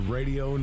Radio